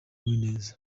uwineza